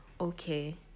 okay